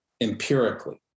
empirically